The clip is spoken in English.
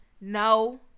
No